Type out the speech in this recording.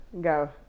Go